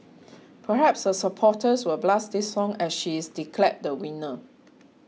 perhaps her supporters will blast this song as she is declared the winner